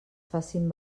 facin